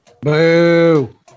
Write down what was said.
Boo